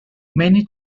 many